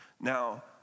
Now